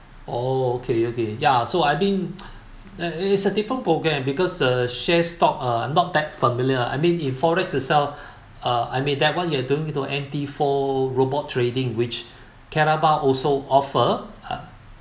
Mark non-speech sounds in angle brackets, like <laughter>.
oh okay okay ya so I mean <noise> is is a different program because uh share stock uh not that familiar I mean in forex itself <breath> uh I mean that one you are doing to M_T four robot trading which karatbar also offer uh